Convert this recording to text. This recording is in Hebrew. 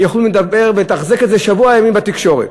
יכולים לדבר ולתחזק את זה שבוע ימים בתקשורת.